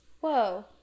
Whoa